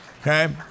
Okay